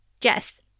Jess